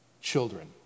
children